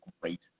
great